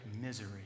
misery